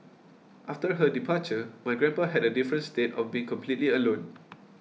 after her departure my grandpa had a different state of being completely alone